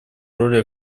роли